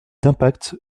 d’impact